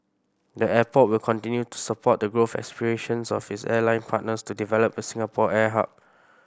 the airport will continue to support the growth aspirations of its airline partners to develop the Singapore air hub